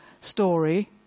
story